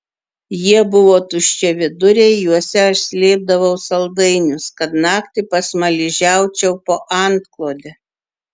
jie buvo tuščiaviduriai juose aš slėpdavau saldainius kad naktį pasmaližiaučiau po antklode